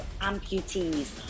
amputees